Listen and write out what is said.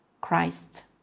Christ